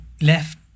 Left